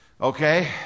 Okay